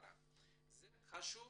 זה חשוב